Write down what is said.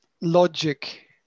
logic